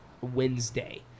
Wednesday